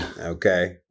Okay